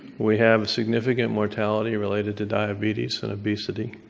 we have significant mortality related to diabetes and obesity.